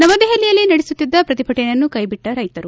ನವದೆಹಲಿಯಲ್ಲಿ ನಡೆಸುತ್ತಿದ್ದ ಪ್ರತಿಭಟನೆಯನ್ನು ಕೈಬಿಟ್ಟ ರೈತರು